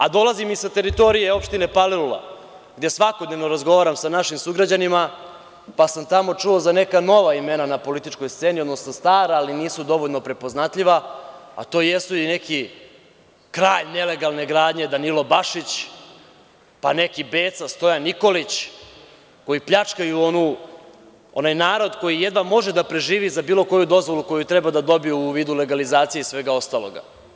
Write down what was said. A dolazim i sa teritorije opštine Palilula gde svakodnevno razgovaram sa našim sugrađanima, pa sam tamo čuo za neka nova imena na političkoj sceni, odnosno stara ali nisu dovoljno prepoznatljiva, a to jesu i neki kralj nelegalne gradnje Danilo Bašić, pa neki Beca, Stojan Nikolić, koji pljačkaju narod koji jedva može da preživi za bilo koju dozvolu koju treba da dobije u vidu legalizacije i svega ostaloga.